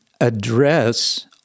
address